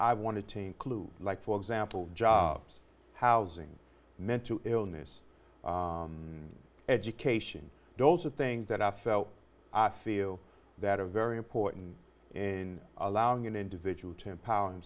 i wanted to include like for example jobs housing mental illness education those are things that i felt feel that are very important in allowing an individual ten pounds